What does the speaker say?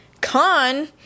con